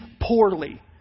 poorly